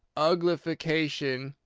uglification,